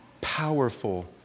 powerful